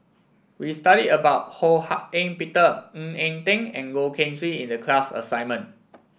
we studied about Ho Hak Ean Peter Ng Eng Teng and Goh Keng Swee in the class assignment